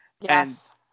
yes